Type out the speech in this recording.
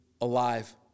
alive